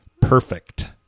Perfect